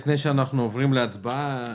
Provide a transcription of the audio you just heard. לפני שאנחנו עוברים להצבעה,